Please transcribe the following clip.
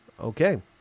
Okay